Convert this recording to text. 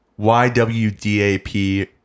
ywdap